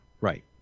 right